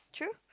true